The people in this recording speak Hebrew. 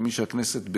כמי שהכנסת,